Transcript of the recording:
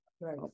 Right